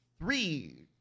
Three